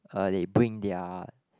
uh they bring their